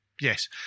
Yes